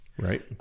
right